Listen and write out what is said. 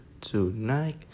Tonight